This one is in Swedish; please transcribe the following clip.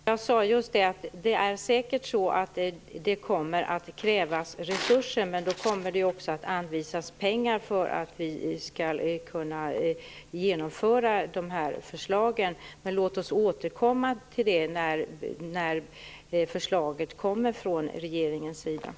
Herr talman! Jag sade just att det säkert kommer att krävas resurser, men då kommer det också att anvisas pengar för att vi skall kunna genomföra dessa förslag. Men låt oss återkomma till det när förslaget från regeringen kommer.